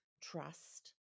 trust